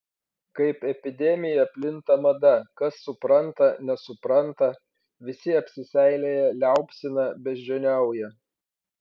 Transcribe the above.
kaip epidemija plinta mada kas supranta nesupranta visi apsiseilėję liaupsina beždžioniauja